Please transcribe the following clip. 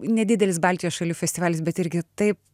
nedidelis baltijos šalių festivalis bet irgi taip